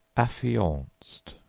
affianced,